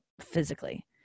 physically